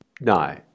No